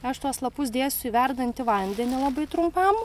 aš tuos lapus dėsiu į verdantį vandenį labai trumpam